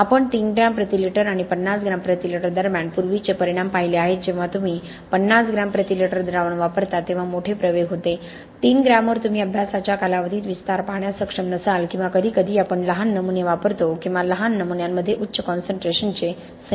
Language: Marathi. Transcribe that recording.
आम्ही 3 ग्रॅम प्रति लिटर आणि 50 ग्रॅम प्रति लिटर दरम्यान पूर्वीचे परिणाम पाहिले आहेत जेव्हा तुम्ही 50 ग्रॅम प्रति लिटर द्रावण वापरता तेव्हा मोठे प्रवेग होते 3 ग्रॅमवर तुम्ही अभ्यासाच्या कालावधीत विस्तार पाहण्यास सक्षम नसाल किंवा कधीकधी आपण लहान नमुने वापरतो किंवा लहान नमुन्यांमध्ये उच्च कॉनसन्ट्रेशन चे संयोजन वापरतो